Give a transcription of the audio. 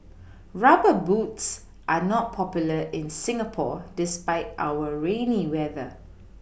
rubber boots are not popular in Singapore despite our rainy weather